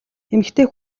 эмэгтэй